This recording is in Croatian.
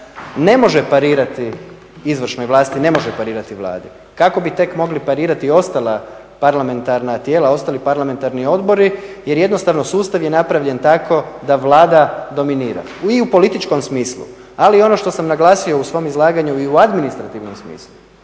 ne može parirati izvršnoj vlasti, ne može parirati Vladi. Kako bi tek mogli parirati i ostala parlamentarna tijela, ostali parlamentarni odbori jer jednostavno sustav je napravljen tako da Vlada dominira i u političkom smislu ali i ono što sam naglasio u svom izlaganju i u administrativnom smislu.